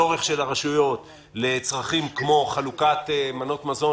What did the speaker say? בצורך של הרשויות לצרכים כמו חלוקת מנות מזון